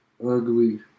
Ugly